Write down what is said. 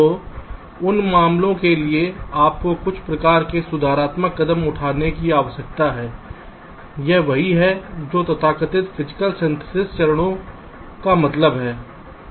तो उन मामलों के लिए आपको कुछ प्रकार के सुधारात्मक कदम उठाने की आवश्यकता होती है यह वही है जो तथाकथित भौतिक संश्लेषण चरणों का मतलब है